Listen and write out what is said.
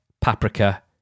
paprika